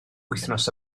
wythnos